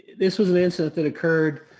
this was an incident that occurred